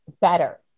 better